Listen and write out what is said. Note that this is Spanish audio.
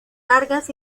largas